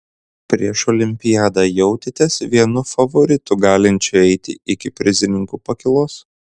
prieš olimpiadą jautėtės vienu favoritų galinčiu eiti iki prizininkų pakylos